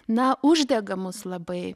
na uždega mus labai